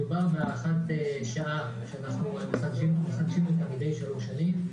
מדובר בהוראת שעה שאנחנו מחדשים אותה מדי שלוש שנים.